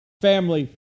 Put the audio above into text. family